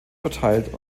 verteilt